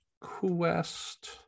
quest